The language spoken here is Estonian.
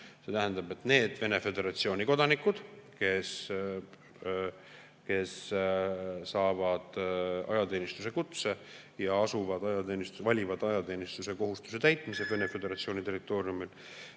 See tähendab, et neile Vene Föderatsiooni kodanikele, kes saavad ajateenistuse kutse ja valivad ajateenistuse kohustuse täitmise Vene Föderatsiooni territooriumil,